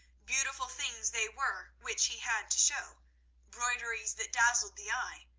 beautiful things they were which he had to show broideries that dazzled the eye,